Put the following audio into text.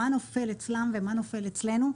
מה נופל אצלם ומה נופל אצלנו.